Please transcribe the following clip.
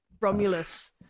Romulus